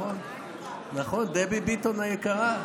דבי ביטון היקרה.